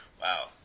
wow